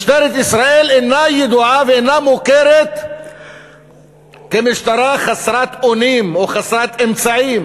משטרת ישראל אינה ידועה ואינה מוכרת כמשטרה חסרת אונים או חסרת אמצעים